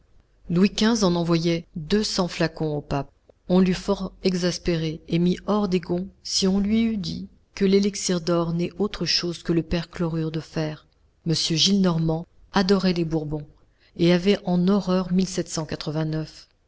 louis xv en envoyait deux cents flacons au pape on l'eût fort exaspéré et mis hors des gonds si on lui eût dit que l'élixir d'or n'est autre chose que le perchlorure de fer m gillenormand adorait les bourbons et avait en horreur